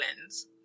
lens